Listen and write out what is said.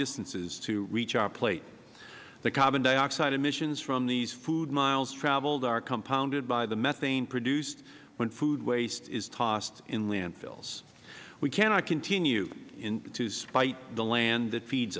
distances to reach our plate the carbon dioxide emissions from these food miles traveled are compounded by the methane produced when food waste is tossed in landfills we cannot continue to spite the land that feeds